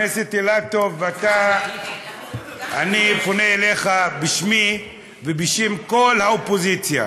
אילטוב, אני פונה אליך בשמי ובשם כל האופוזיציה,